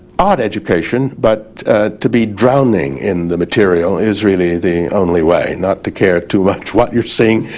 odd education, but to be drowning in the material is really the only way not to care too much what you're seeing,